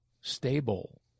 stable